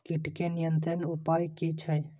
कीटके नियंत्रण उपाय कि छै?